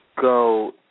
go